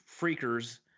freakers